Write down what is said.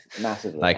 massively